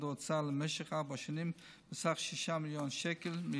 האוצר למשך ארבע שנים בסך 6 מיליון שקל,